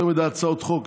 יותר מדי הצעות חוק,